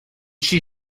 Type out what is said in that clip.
she